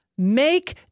Make